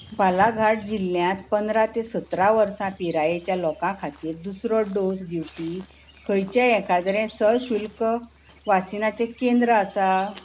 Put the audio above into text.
बालाघाट जिल्ल्यांत पंदरा ते सतपा वर्सा पिरायेच्या लोकां खातीर दुसरो डोस दिवपी खंयचेंय एखाद्रें सशुल्क वासिनाचें केंद्र आसा